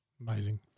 amazing